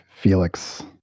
Felix